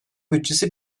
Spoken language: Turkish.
bütçesi